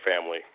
family